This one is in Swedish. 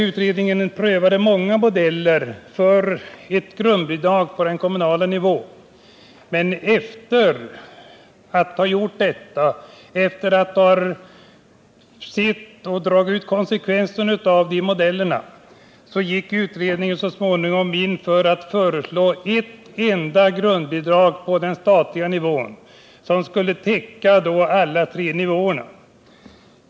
Utredningen prövade många modeller för ett grundbidrag på den kommunala nivån. Sedan utredningen dragit ut konsekvenserna av de olika modellerna, föreslog den så småningom ett enda grundbidrag på den statliga nivån, som skulle täcka alla tre nivåerna.